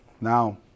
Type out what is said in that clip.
now